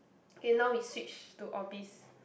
okay now we switch to Orbis